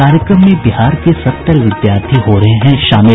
कार्यक्रम में बिहार के सत्तर विद्यार्थी हो रहे हैं शामिल